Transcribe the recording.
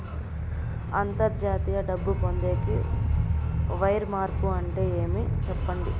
అంతర్జాతీయ డబ్బు పొందేకి, వైర్ మార్పు అంటే ఏమి? సెప్పండి?